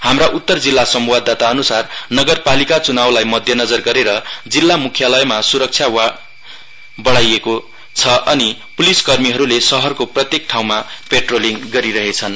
हाम्रा उतर जिल्ला संवाददाता अनुसार नगर पालिका चुनाउलाई मध्यनजर गरेर जिल्ला मुख्यालयमा सुरक्षा बडाईरहेका छ अनि पुलिसकर्मीहरूले शहरको प्रत्येक ठाउँमा पेट्रोलिङ गरिरहेछन्